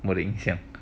我的影响